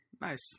Nice